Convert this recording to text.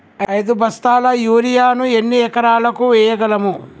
ఐదు బస్తాల యూరియా ను ఎన్ని ఎకరాలకు వేయగలము?